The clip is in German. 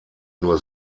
nur